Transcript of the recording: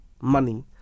money